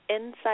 Inside